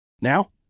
Now